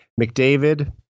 McDavid